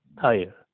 Tire